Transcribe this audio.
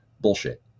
bullshit